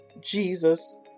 Jesus